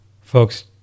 folks